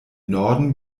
norden